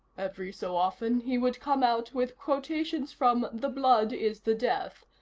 every so often, he would come out with quotations from the blood is the death,